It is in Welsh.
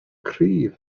cryf